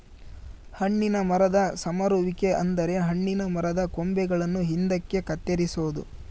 ಹಣ್ಣಿನ ಮರದ ಸಮರುವಿಕೆ ಅಂದರೆ ಹಣ್ಣಿನ ಮರದ ಕೊಂಬೆಗಳನ್ನು ಹಿಂದಕ್ಕೆ ಕತ್ತರಿಸೊದು